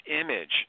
image